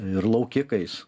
ir laukikais